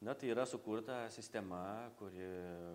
na tai yra sukurta sistema kuri